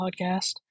Podcast